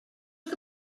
que